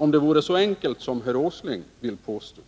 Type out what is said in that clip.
Om det vore så enkelt som herr Åsling vill påstå,